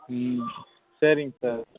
ம் சரிங்க சார்